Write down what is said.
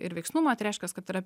ir veiksnumą tai reiškias kad yra